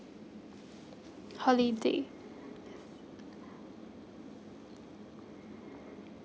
holiday